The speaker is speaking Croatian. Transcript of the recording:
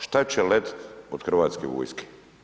Šta će letit od Hrvatske vojske?